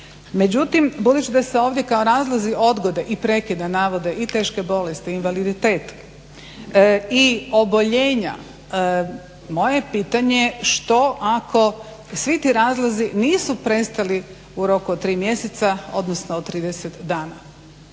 Međutim, budući da se ovdje kao razlozi odgode i prekida navode i teške bolesti, invaliditet i oboljenja moje je pitanje što ako svi ti razlozi nisu prestali u roku od 3 mjeseca, odnosno od 30 dana.